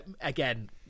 again